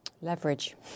Leverage